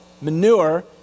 manure